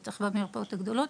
בוודאי במרפאות הגדולות